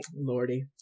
Lordy